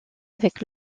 avec